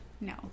No